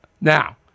Now